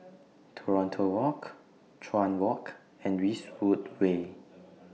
Toronto Road Chuan Walk and Eastwood Way